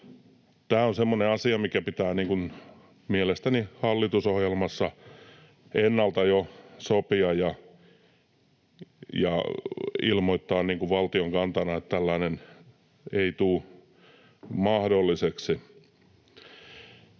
Tämä on semmoinen asia, mikä pitää mielestäni hallitusohjelmassa jo ennalta sopia ja ilmoittaa valtion kantana, että tällainen ei tule mahdolliseksi.